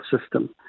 system